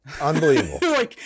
Unbelievable